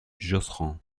josserand